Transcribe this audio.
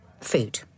food